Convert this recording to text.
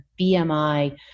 BMI